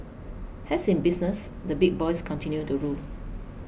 as in business the big boys continue to rule